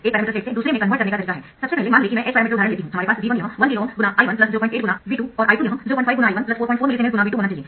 एक parameter set से दूसरे में कनवर्ट करने का तरीका है सबसे पहले मान लें कि मैं h पैरामीटर उदाहरण लेती हूं हमारे पास V1 यह 1KΩ×I108×V2 और I2 यह 05×I144 Millisiemens × V2 होना चाहिए